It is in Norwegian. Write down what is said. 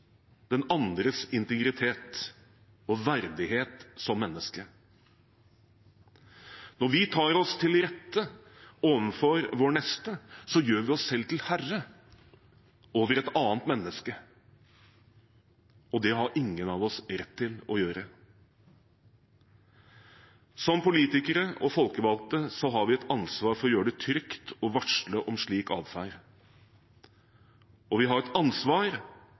den andres integritet og verdighet som menneske. Når vi tar oss til rette overfor vår neste, gjør vi oss selv til herre over et annet menneske, og det har ingen av oss rett til å gjøre. Som politikere og folkevalgte har vi et ansvar for å gjøre det trygt å varsle om slik adferd, og vi har et ansvar